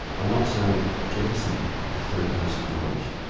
i'm not saying jettison the third person knowledge,